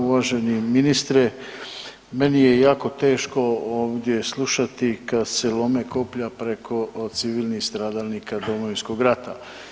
Uvaženi ministre, meni je jako teško ovdje slušati kad se lome koplja preko civilnih stradalnika Domovinskog rata.